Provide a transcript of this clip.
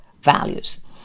values